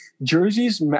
jerseys